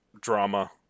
drama